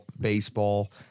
baseball